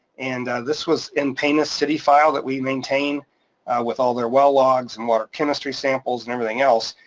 and this was in pana city file that we maintained with all their well logs, and water chemistry samples, and everything else,